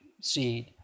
seed